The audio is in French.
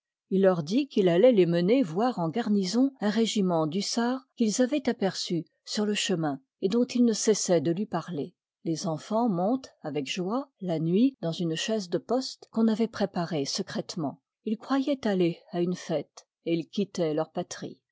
il leur dit qu'il alloit les mener voir en garnison un régiment d'hussards qu'ils avoient aperçu sur le chemin et dont ils ne cessoient de lui parler les enfans montent avec joie la nuit dans une chaise de poste qu'on avoit v préparée secrètement ils croyoient aller à une fête et ils quittoient leur patrie